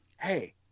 hey